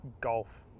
golf